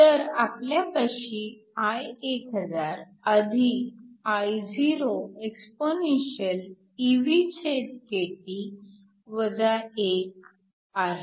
तर आपल्यापाशी I1000Ioexp⁡ आहे